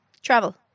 travel